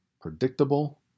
predictable